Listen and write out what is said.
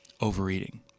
overeating